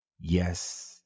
Yes